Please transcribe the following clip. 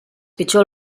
pitjor